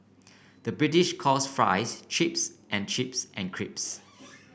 the British calls fries chips and chips and crisps